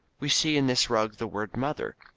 we see in this rug the word mother.